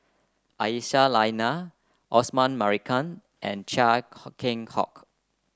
Aisyah Lyana Osman Merican and Chia Keng Hock